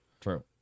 True